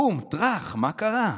בום, טרך, מה קרה?